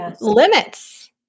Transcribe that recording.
limits